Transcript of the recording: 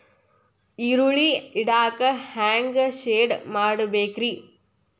ಈರುಳ್ಳಿ ಇಡಾಕ ಹ್ಯಾಂಗ ಶೆಡ್ ಮಾಡಬೇಕ್ರೇ?